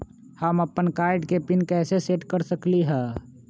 हम अपन कार्ड के पिन कैसे सेट कर सकली ह?